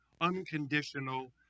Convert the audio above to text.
unconditional